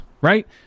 right